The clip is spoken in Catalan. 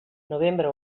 novembre